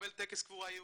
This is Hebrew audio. טקס קבורה יהודי.